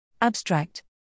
Abstract